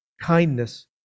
kindness